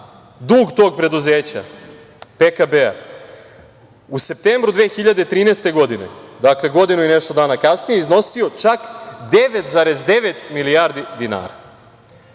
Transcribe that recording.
dug tog preduzeća PKB-a u septembru 2013. godine, godinu i nešto dana kasnije, iznosio čak 9,9 milijardi dinara.